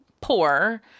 poor